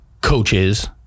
coaches